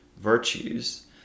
virtues